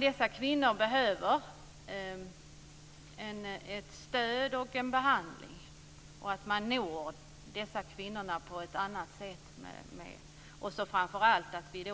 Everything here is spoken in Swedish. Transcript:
Dessa kvinnor behöver ett stöd och en behandling och att man når dessa kvinnor på ett annat sätt. De behöver framför allt att vi